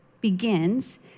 begins